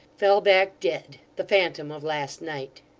fell back dead the phantom of last night.